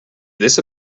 this